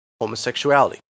homosexuality